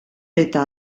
eta